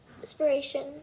inspiration